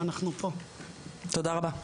תודה רבה.